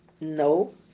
No